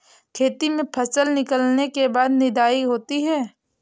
खेती में फसल निकलने के बाद निदाई होती हैं?